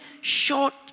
short